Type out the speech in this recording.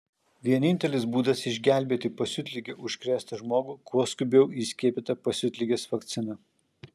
vienintelis būdas išgelbėti pasiutlige užkrėstą žmogų kuo skubiau įskiepyta pasiutligės vakcina